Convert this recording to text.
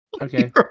Okay